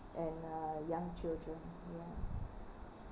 and uh young children ya